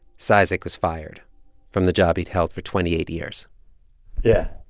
cizik was fired from the job he'd held for twenty eight years yeah.